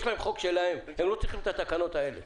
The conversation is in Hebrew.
יש להם חוק משלהם והם לא צריכים את התקנות האלה.